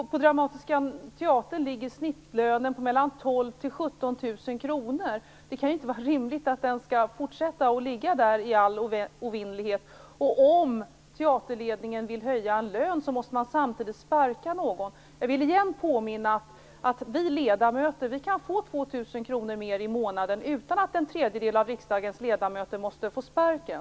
På Dramatiska Teatern ligger snittlönen mellan 12 000 kr och 17 000 kr. Det kan ju inte vara rimligt att den skall fortsätta att ligga på den nivån i all evinnerlighet. Om teaterledningen vill höja en lön måste man samtidigt sparka någon. Jag vill återigen påminna om att vi ledamöter kan få 2 000 kr mer i månaden utan att en tredjedel av riksdagens ledamöter måste få sparken.